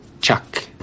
chuck